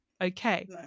Okay